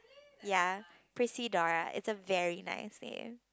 ya Prisydora it's a very nice name